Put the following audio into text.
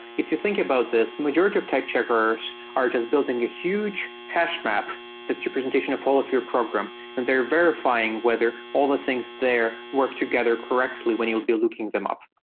if you think about this, majority of type checkers are just building a huge hash map that's representation of all of your program and they're verifying whether all the things there work together correctly when you'll be looking them up.